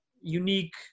unique